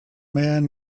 men